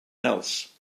else